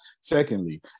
Secondly